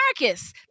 Marcus